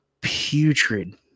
putrid